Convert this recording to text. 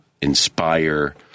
inspire